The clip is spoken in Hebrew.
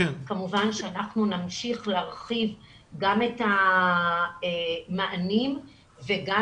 כמובן שאנחנו נמשיך להרחיב גם את המענים וגם